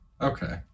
Okay